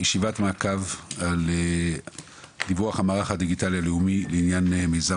ישיבת מעקב על דיווח המערך הדיגיטלי הלאומי לעניין מיזם